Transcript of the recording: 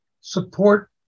support